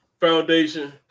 foundation